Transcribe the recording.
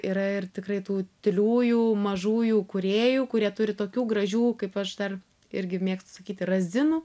yra ir tikrai tų tyliųjų mažųjų kūrėjų kurie turi tokių gražių kaip aš dar irgi mėgsti sakyti razinų